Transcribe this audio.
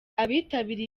abitabiriye